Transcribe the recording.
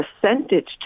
percentage